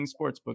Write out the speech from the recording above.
Sportsbook